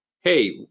hey